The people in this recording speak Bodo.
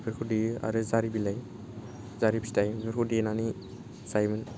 बेफोरखौ देयो आरो जारि बिलाय जारि फिथाय बेफोरखौ देनानै जायोमोन